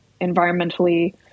environmentally